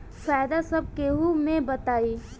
फायदा सब केहू मे बटाई